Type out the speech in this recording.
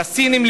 לסינים,